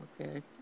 Okay